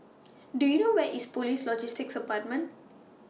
Do YOU Where IS Police Logistics department